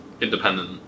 independent